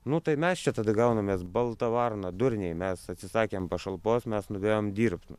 nu tai mes čia tada gaunamės balta varna durniai mes atsisakėm pašalpos mes nuėjom dirbt